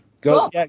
Go